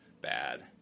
bad